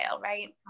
right